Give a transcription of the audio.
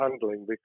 handling